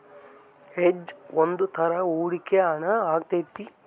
hedge ಒಂದ್ ತರ ಹೂಡಿಕೆ ಹಣ ಆಗೈತಿ